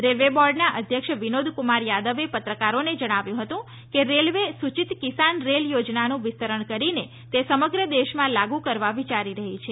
railway બોર્ડના અધ્યક્ષ વિનોદ કુમાર યાદવે પત્રકારોને જણાવ્યું હતું કે રેલવે સૂચિત કિસાન રેલ યોજનાનું વિસ્તરણ કરીને તે સમગ્ર દેશમાં લાગુ કરવા વિયારી રહી છે